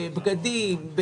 בבגדים,